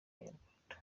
abanyarwanda